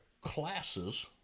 classes